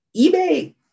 eBay